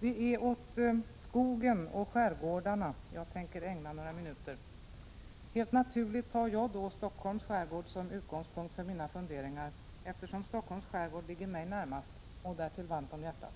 Det är åt skogen och skärgårdarna jag tänker ägna några minuter. Helt naturligt tar jag då Stockholms skärgård som utgångspunkt för mina funderingar, eftersom Stockholms skärgård ligger mig närmast och därtill varmt om hjärtat.